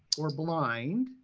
or blind.